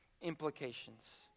implications